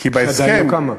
כי בהסכם, שעדיין לא קמה.